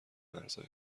مرزهای